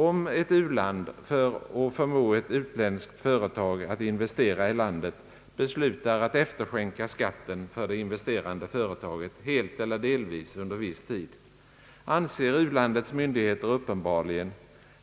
Om ett u-land, för att förmå ett utländskt företag att investera i landet, beslutar att efterskänka skatten för det investerande företaget helt eller delvis under viss tid, anser u-landets myndigheter uppenbarligen